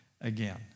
again